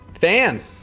fan